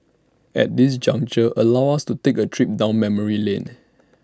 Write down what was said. at this juncture allow us to take A trip down memory lane